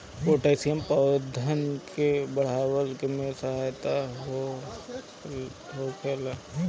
potassium पौधन के बढ़ला में सहायक होत हवे